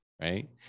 right